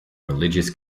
religious